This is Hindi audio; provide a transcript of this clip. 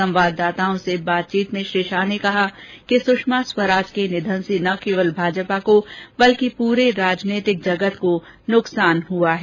संवाददाताओं से बातचीत करते हुए अमित शाह ने कहा कि सुषमा स्वराज के निधन से न केवल भाजपा को बल्कि पूरे राजनीतिक जगत को नुकसान हआ है